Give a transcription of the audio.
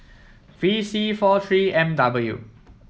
V C four three M W